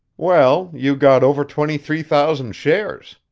well, you got over twenty-three thousand shares,